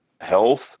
health